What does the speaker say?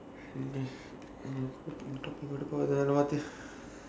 what if